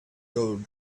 old